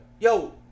Yo